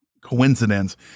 coincidence